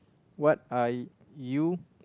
what are you